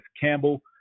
Campbell